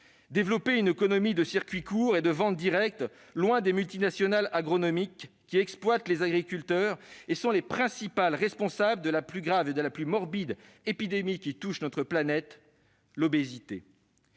développer une économie de circuits courts et de vente directe, loin des multinationales agronomiques, qui exploitent les agriculteurs et sont les principales responsables de la plus grave et de la plus morbide épidémie qui touche la planète : l'obésité.